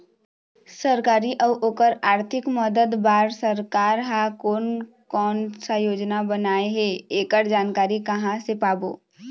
सरकारी अउ ओकर आरथिक मदद बार सरकार हा कोन कौन सा योजना बनाए हे ऐकर जानकारी कहां से पाबो?